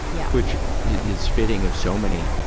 yeah. which is fitting of so many